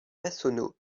massonneau